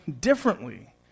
differently